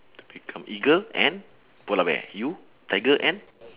to become eagle and polar bear you tiger and